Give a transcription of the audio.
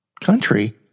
country